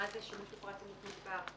היא מה זה שימוש בפרט אימות מוגבר.